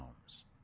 homes